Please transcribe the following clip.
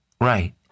right